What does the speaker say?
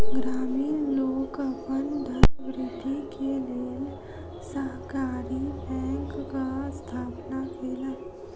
ग्रामीण लोक अपन धनवृद्धि के लेल सहकारी बैंकक स्थापना केलक